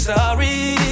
Sorry